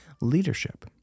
leadership